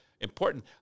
important